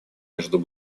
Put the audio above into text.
между